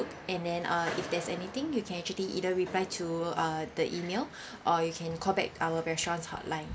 and then uh if there's anything you can actually either reply to uh the email or you can call back our restaurant's hotline